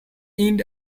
end